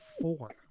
four